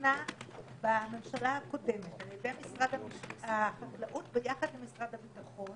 שהוכנה בממשלה הקודמת על ידי משרד החקלאות ביחד עם משרד הביטחון